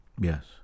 Yes